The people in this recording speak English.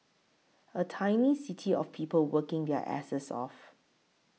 a tiny city of people working their asses off